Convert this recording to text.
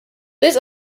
this